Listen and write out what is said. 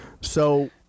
So-